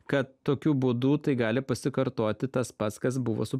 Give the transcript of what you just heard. kad tokiu būdu tai gali pasikartoti tas pats kas buvo su